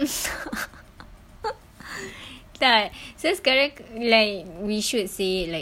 tak so sekarang like we should say like